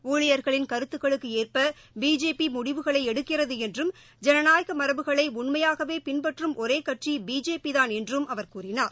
ஊழியர்களின் கருத்துகளுக்கு ஏற்ப பிஜேபி முடிவுகளை எடுக்கிறது என்றும் ஜனநாயக மரபுகளை உண்மையாகவே பின்பற்றும் ஒரே கட்சி பிஜேபிதான் என்றும் அவர் கூறினார்